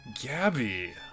Gabby